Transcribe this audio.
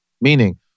Meaning